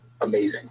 amazing